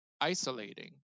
isolating